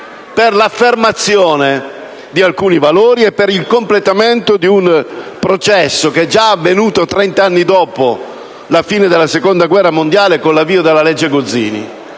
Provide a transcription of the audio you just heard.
per l'affermazione di alcuni valori e per il completamento di un processo, avvenuto trent'anni dopo la fine della Seconda guerra mondiale con l'avvio della legge Gozzini,